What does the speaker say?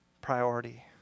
priority